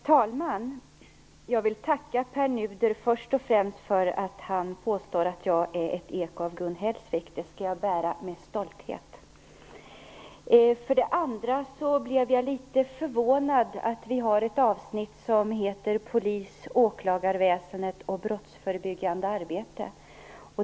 Herr talman! Jag vill först och främst tacka Per Nuder för att han tycker att jag är ett eko av Gun Hellsvik. Det skall jag bära med stolthet. Jag vill också säga att jag blev litet förvånad. Avsnittet handlar om polis och åklagarväsendet och brottsförebyggande arbete.